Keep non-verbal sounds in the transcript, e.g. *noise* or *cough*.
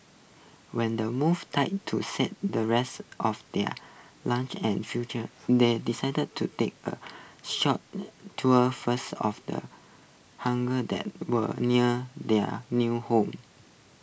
when the movers *unintelligible* to settle the rest of their luggage and furniture they decided to take A short tour first of the hunger that was near their new home